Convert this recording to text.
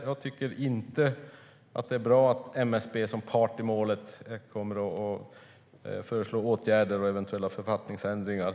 Jag tycker inte att det är bra att MSB som part i målet kommer att föreslå åtgärder och eventuella författningsändringar.